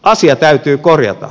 asia täytyy korjata